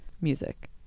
music